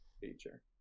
feature